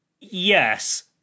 yes